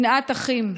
שנאת אחים.